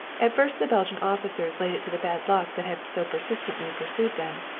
at first the belgian officers laid it to that bad luck that had so persistently pursued them.